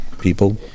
people